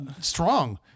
strong